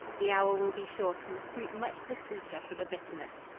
the hour will be short and the fruit much the sweeter for the bitterness.